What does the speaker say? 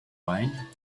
wine